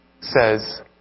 says